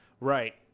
Right